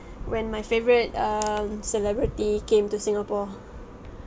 when my favourite um celebrity came to singapore